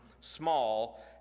small